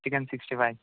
chicken sixty five